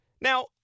Now